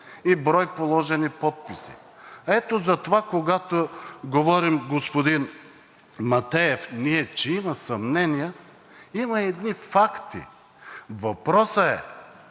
и брой положени подписи. Ето затова, когато ние говорим, господин Матеев, че има съмнения, има едни факти. Въпросът е,